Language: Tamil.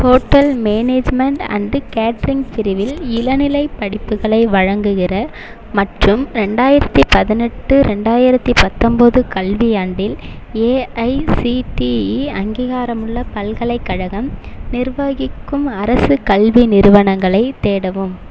ஹோட்டல் மேனேஜ்மெண்ட் அண்டு கேட்ரிங் பிரிவில் இளநிலைப் படிப்புகளை வழங்குகிற மற்றும் ரெண்டாயிரத்தி பதினெட்டு ரெண்டாயிரத்தி பத்தொம்போது கல்வியாண்டில் ஏஐசிடிஇ அங்கீகாரமுள்ள பல்கலைக்கழகம் நிர்வகிக்கும் அரசு கல்வி நிறுவனங்களைத் தேடவும்